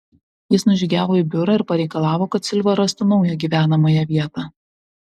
jis nužygiavo į biurą ir pareikalavo kad silva rastų naują gyvenamąją vietą